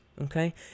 okay